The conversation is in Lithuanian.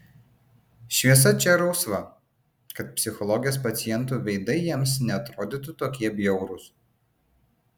šviesa čia rausva kad psichologės pacientų veidai jiems neatrodytų tokie bjaurūs